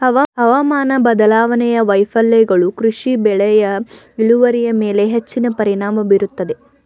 ಹವಾಮಾನ ಬದಲಾವಣೆಯ ವೈಫಲ್ಯಗಳು ಕೃಷಿ ಬೆಳೆಯ ಇಳುವರಿಯ ಮೇಲೆ ಹೆಚ್ಚಿನ ಪರಿಣಾಮ ಬೀರುತ್ತದೆ